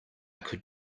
could